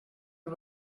you